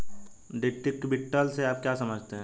Deductible से आप क्या समझते हैं?